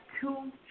two